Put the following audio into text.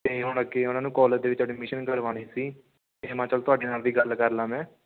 ਅਤੇ ਹੁਣ ਅੱਗੇ ਉਹਨਾਂ ਨੂੰ ਕਾਲਜ ਦੇ ਵਿੱਚ ਐਡਮਿਸ਼ਨ ਕਰਵਾਉਣੀ ਸੀ ਅਤੇ ਮੈਂ ਚਲੋ ਤੁਹਾਡੇ ਨਾਲ ਵੀ ਗੱਲ ਕਰ ਲਾ ਮੈਂ